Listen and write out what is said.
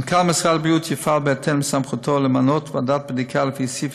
מנכ"ל משרד הבריאות יפעל בהתאם לסמכותו למנות ועדת בדיקה לפי סעיף